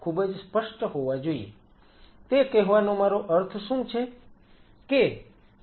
તે કહેવાનો મારો અર્થ શું છે